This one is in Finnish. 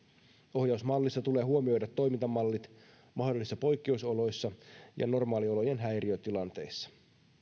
ohjausmallissa tulee huomioida toimintamallit mahdollisissa poikkeusoloissa ja normaaliolojen häiriötilanteissa